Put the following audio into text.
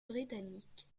britannique